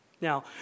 Now